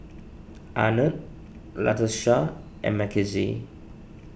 Arnett Latasha and Mckenzie